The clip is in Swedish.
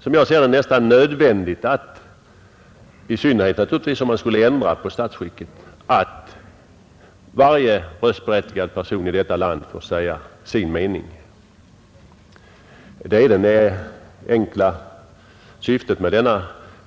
Som jag ser det är det dessutom nödvändigt — i synnerhet om vi skall ändra på statsskicket — att varje röstberättigad person i detta land får säga sin mening. Detta är det enkla syftet med min